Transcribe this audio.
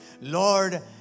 Lord